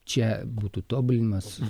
čia būtų tobulinimas